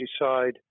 decide